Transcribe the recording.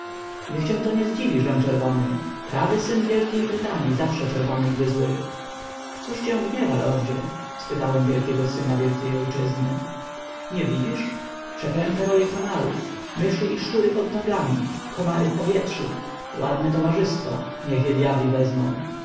niech cię to nie dziwi żem czerwony prawy syn wielkiej brytanii zawsze czerwony gdy zły cóż cię gniewa lordzie zapytałem wielkiego syna wielkiej ojczyzny nie widzisz przeklęte roje komarów myszy i szczury pod nogami komary w powietrzu ładne towarzystwo niech je dyabli wezmą